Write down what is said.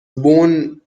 born